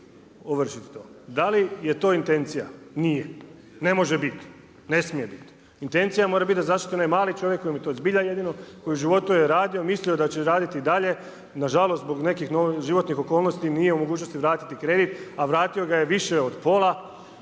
ovršiti to. Da li je to intencija? Nije, ne može biti, ne smije biti. Intencija mora biti da se zaštiti onaj mali čovjek kojem je to zbilja jedino, koji u životu je radio, mislio da će raditi i dalje, nažalost zbog nekih životnih okolnosti nije u mogućnosti vratiti kredit a vratio ga je više od pola